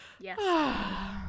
Yes